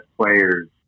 players